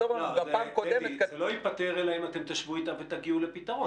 מהקיץ אנחנו באינספור דיונים על סגירה של תוכניות חינוכיות,